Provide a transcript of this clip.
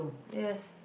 yes